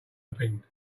opined